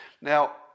Now